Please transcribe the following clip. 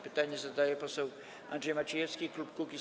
Pytanie zadaje poseł Andrzej Maciejewski, klub Kukiz’15.